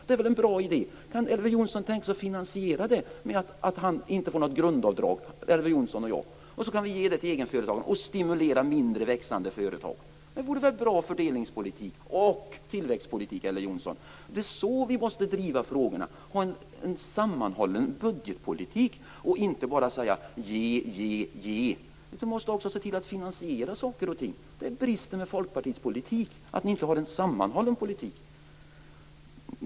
Det är väl en bra idé? Kan Elver Jonsson tänka sig att finansiera detta med att han och jag inte får något grundavdrag? Då kan vi ge detta till egenföretagarna och stimulera mindre, växande företag. Det vore väl bra fördelningspolitik och tillväxtpolitik, Elver Jonsson? Det är så vi måste driva frågorna. Vi måste ha en sammanhållen budgetpolitik och inte bara säga: Ge, ge, ge! Vi måste också se till att finansiera saker och ting. Det är bristen med Folkpartiet; att ni inte har en sammanhållen politik.